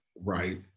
right